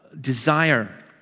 desire